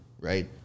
right